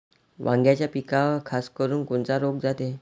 वांग्याच्या पिकावर खासकरुन कोनचा रोग जाते?